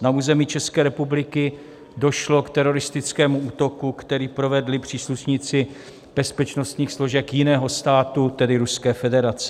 Na území České republiky došlo k teroristickému útoku, který provedli příslušníci bezpečnostních složek jiného státu, tedy Ruské federace.